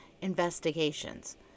investigations